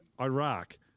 Iraq